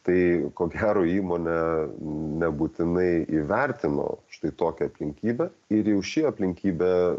tai ko gero įmonė nebūtinai įvertino štai tokią aplinkybę ir jau ši aplinkybė